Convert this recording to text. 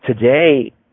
Today